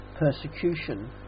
persecution